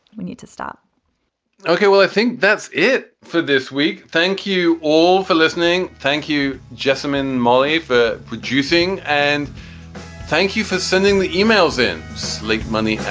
we need to stop okay. well, i think that's it for this week. thank you all for listening. thank you, gentlemen. mollie, for producing and thank you for sending the e-mails in. sleep. money.